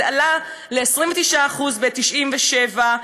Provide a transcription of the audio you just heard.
זה עלה ל-29% ב-1994,